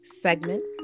segment